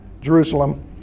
Jerusalem